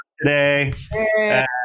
today